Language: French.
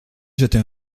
jeter